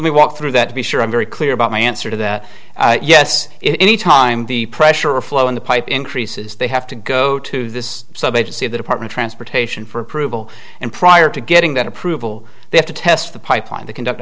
me walk through that to be sure i'm very clear about my answer to that yes if any time the pressure or flow in the pipe increases they have to go to this subject see the department transportation for approval and prior to getting that approval they have to test the pipeline to conduct